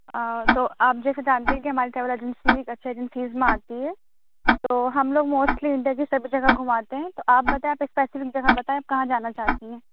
آ تو آپ جیسے جانتے ہیں کہ ہماری ٹراویل ایجنسی ایک اچھا ایجنسیز میں آتی ہے تو ہم لوگ موسٹلی انڈیا کی سبھی جگہ گھماتے ہیں تو آپ بتائیں پیسیفک جگہ بتائیں آپ کہاں جانا چاہتی ہیں